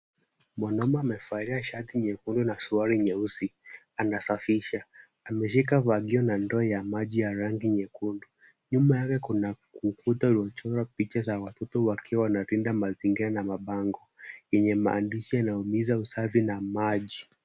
Mwanaume amevalia shati nyekundu na suruali nyeusi anasafisha. Ameshika fagio na ndoo ya maji ya rangi nyekundu. Nyuma yake kuna ukuta uliochorwa picha za watoto wakiwa wanalinda mazingira na mabango yenye maandishi yanayonyesha usafi na maji.